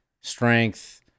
strength